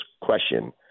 question